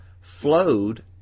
flowed